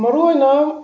ꯃꯔꯨꯑꯣꯏꯅ